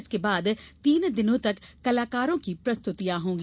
इसके बाद तीन दिनों तक कलाकारों की प्रस्तुतियां होंगी